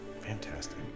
fantastic